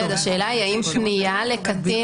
השאלה היא האם פנייה לקטין